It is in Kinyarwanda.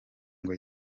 ngo